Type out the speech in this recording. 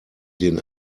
den